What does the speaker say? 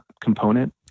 component